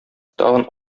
тагын